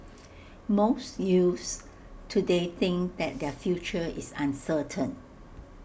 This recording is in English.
most youths today think that their future is uncertain